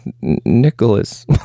Nicholas